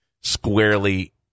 squarely